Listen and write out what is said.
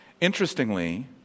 Interestingly